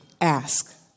ask